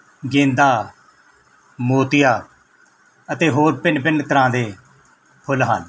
ਗੇਂਦਾ ਮੋਤੀਆ ਅਤੇ ਹੋਰ ਭਿੰਨ ਭਿੰਨ ਤਰ੍ਹਾਂ ਦੇ ਫੁੱਲ ਹਨ